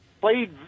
played